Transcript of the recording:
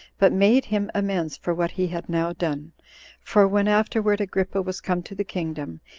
but made him amends for what he had now done for when afterward agrippa was come to the kingdom,